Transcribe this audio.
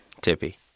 Tippy